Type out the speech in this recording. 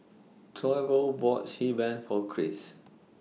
Toivo bought Xi Ban For Chris